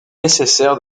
nécessaire